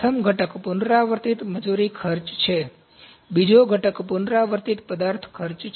પ્રથમ ઘટક પુનરાવર્તિત મજૂર ખર્ચ છે બીજો ઘટક પુનરાવર્તિત પદાર્થ ખર્ચ છે